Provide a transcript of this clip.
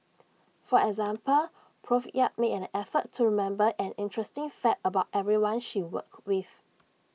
for example Prof yap made an effort to remember an interesting fact about everyone she worked with